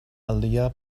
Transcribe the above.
alia